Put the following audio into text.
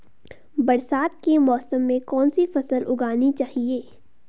बरसात के मौसम में कौन सी फसल उगानी चाहिए?